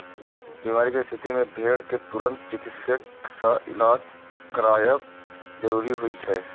बीमारी के स्थिति मे भेड़ कें तुरंत चिकित्सक सं इलाज करायब जरूरी होइ छै